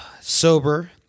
Sober